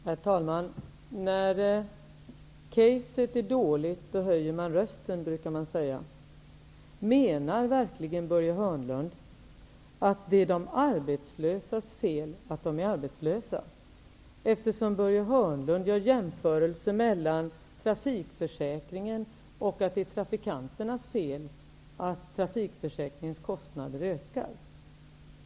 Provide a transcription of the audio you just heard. Herr talman! När argumentationen är dålig höjer man rösten, brukar det heta. Menar verkligen Börje Hörnlund att det är de arbetslösas fel att de är arbetslösa? Det kan väl inte vara hans avsikt. Men Börje Hörnlund gör ju en jämförelse med trafikförsäkringen och säger att det är trafikanternas fel att trafikförsäkringens kostnader ökar.